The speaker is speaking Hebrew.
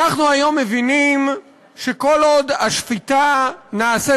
אנחנו היום מבינים שכל עוד השפיטה נעשית